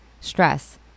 Stress